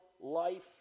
life